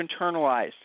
internalized